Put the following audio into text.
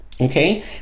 okay